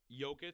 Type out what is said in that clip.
Jokic